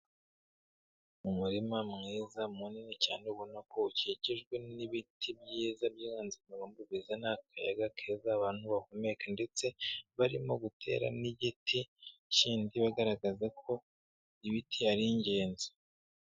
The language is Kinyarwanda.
Umurima mwiza munini cyane ubona ko ukikijwe n'ibiti byiza by'inganzamarumbo, bizana akayaga keza abantu bahumeka ndetse barimo gutera n'igiti kindi bagaragaza ko ibiti ari ingenzi.